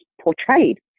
portrayed